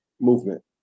movement